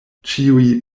ĉiuj